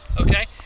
Okay